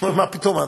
הוא אומר: מה פתאום.